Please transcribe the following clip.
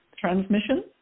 transmission